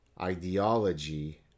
ideology